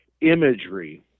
imagery